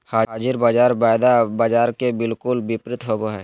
हाज़िर बाज़ार वायदा बाजार के बिलकुल विपरीत होबो हइ